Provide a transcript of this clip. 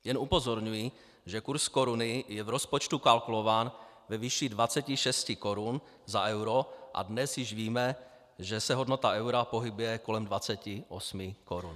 Jen upozorňuji, že kurz koruny je v rozpočtu kalkulován ve výši 26 korun za euro a dnes již víme, že se hodnota eura pohybuje kolem 28 korun.